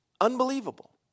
Unbelievable